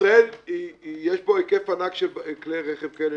ישראל יש בה היקף ענק של כלי רכב כאלה.